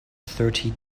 thirty